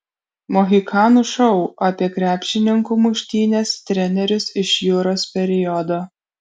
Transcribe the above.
mohikanų šou apie krepšininkų muštynes trenerius iš juros periodo